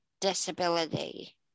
disability